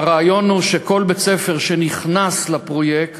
הרעיון הוא שלכל בית-ספר שנכנס לפרויקט